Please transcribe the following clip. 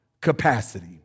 capacity